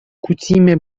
kutime